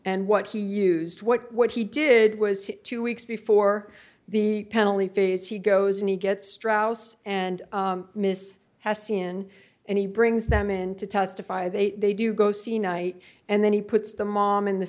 and what he used what what he did was two weeks before the penalty phase he goes and he gets straus and miss has sin and he brings them in to testify they they do go see night and then he puts the mom in the